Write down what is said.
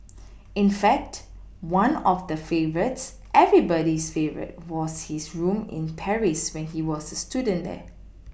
in fact one of the favourites everybody's favourite was his room in Paris when he was a student there